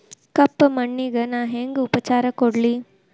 ಕಪ್ಪ ಮಣ್ಣಿಗ ನಾ ಹೆಂಗ್ ಉಪಚಾರ ಕೊಡ್ಲಿ?